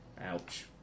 Ouch